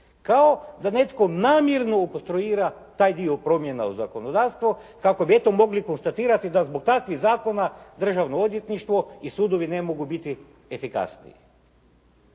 Kao da netko namjerno opstruira taj dio promjena u zakonodavstvo kako bi, eto mogli konstatirati da zbog takvih zakona Državno odvjetništvo i sudovi ne mogu biti efikasniji.